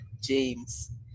James